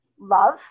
love